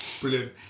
Brilliant